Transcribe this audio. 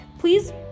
please